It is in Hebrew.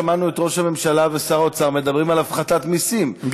אבל בינתיים שמענו את ראש הממשלה ושר האוצר מדברים על הפחתת מסים,